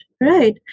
right